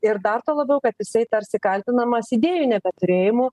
ir dar tuo labiau kad jisai tarsi kaltinamas idėjų nebeturėjimu